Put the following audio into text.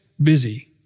busy